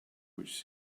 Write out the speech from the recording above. which